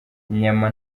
inyama